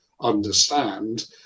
understand